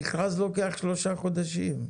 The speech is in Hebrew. מכרז לוקח שלושה חודשים.